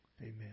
Amen